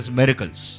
miracles